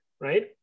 right